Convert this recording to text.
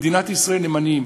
מדינת ישראל, הם עניים.